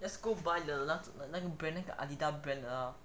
just go buy the 那个 brand 的那个 adidas brand lah